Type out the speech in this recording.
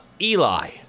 Eli